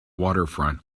waterfront